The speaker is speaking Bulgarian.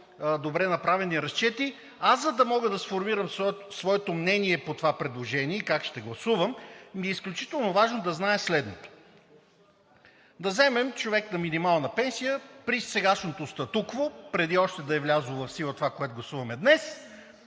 добре направени разчети, аз, за да мога да формирам своето мнение по това предложение и как ще гласувам, ми е изключително важно да зная следното: да вземем човек на минимална пенсия при сегашното статукво, преди още да е влязло в сила това, което гласуваме днес